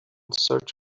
search